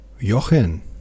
Jochen